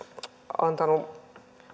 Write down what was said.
antanut